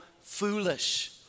foolish